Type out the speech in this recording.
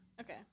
Okay